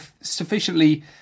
sufficiently